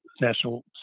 national